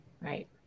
Right